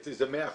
אצלי זה 100%,